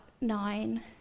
nine